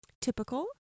typical